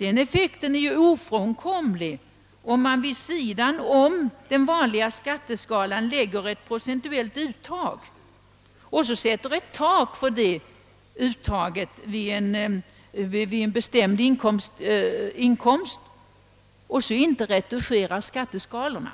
Den effekten är ofrånkomlig om man vid sidan av den vanliga skatteskalan har ett procentuellt uttag och sätter ett tak för detta vid en bestämd inkomst utan att retuschera skatteskalorna.